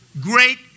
great